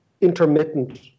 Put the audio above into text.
intermittent